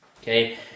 Okay